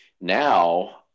now